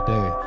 Day